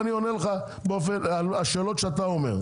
ואני עונה לך על השאלות שאתה אומר.